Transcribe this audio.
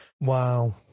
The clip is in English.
Wow